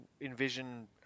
envision